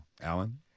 Alan